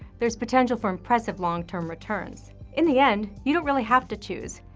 there's potential for impressive long-term returns. in the end, you don't really have to choose.